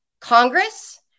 Congress